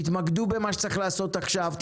תתמקדו במה שצריך לעשות עכשיו,